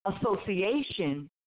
association